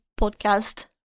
podcast